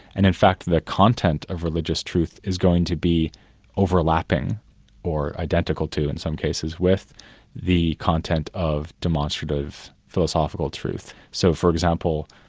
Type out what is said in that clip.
and in fact the content of religious truth is going to be overlapping or identical to, in some cases with the content of demonstrative philosophical truth. so, for example,